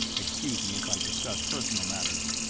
excuse me if i discuss personal matters.